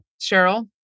Cheryl